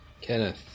Kenneth